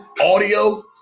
Audio